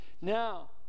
Now